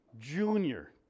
junior